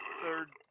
third